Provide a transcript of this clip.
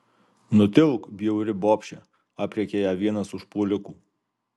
nutilk bjauri bobše aprėkia ją vienas užpuolikų